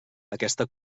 aquesta